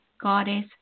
goddess